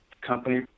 company